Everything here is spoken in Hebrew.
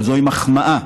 אבל זוהי מחמאה,